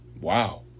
Wow